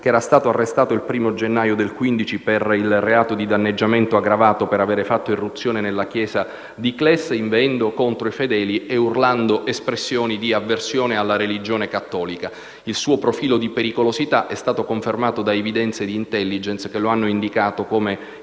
anni, arrestato il 1° gennaio 2015 per il reato di danneggiamento aggravato per aver fatto irruzione nella chiesa di Cles, inveendo contro i fedeli e urlando espressioni di avversione alla religione cattolica. Il suo profilo di pericolosità è stato confermato da evidenze di *intelligence* che lo hanno indicato come